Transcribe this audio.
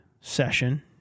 session